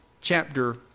chapter